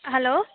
hello